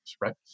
right